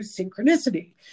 synchronicity